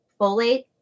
folate